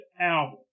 album